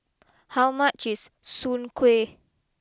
how much is Soon Kuih